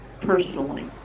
personally